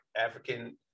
african